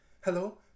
Hello